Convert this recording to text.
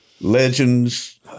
legends